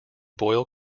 boyle